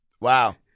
Wow